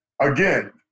again